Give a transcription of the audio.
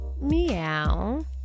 meow